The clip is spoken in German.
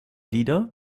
lieder